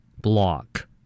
block